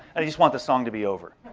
i just want the sound to be over.